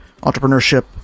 entrepreneurship